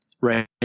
right